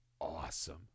awesome